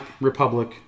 republic